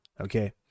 Okay